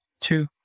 two